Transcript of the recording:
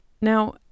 Now